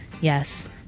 Yes